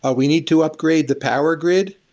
ah we need to upgrade the power grid.